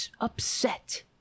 upset